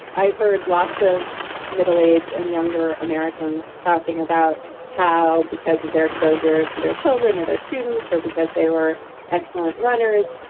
i heard lots of middle age and younger americans talking about how because of their exposure to their children or their students or because they were excellent runners,